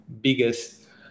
biggest